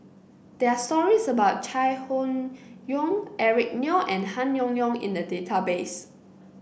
there are stories about Chai Hon Yoong Eric Neo and Han Yong Hong in the database